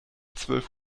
zwölf